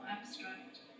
abstract